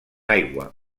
aigua